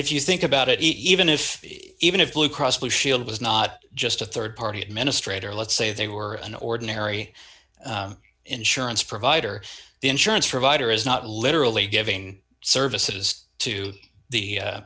if you think about it even if if blue cross blue shield was not just a rd party administrator let's say they were an ordinary insurance provider the insurance provider is not literally giving services to the